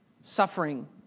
Suffering